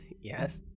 Yes